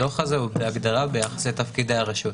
הדוח הזה בהגדרה הוא ביחס לתפקידי הרשות.